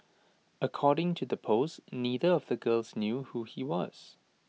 according to the post neither of the girls knew who he was